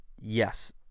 yes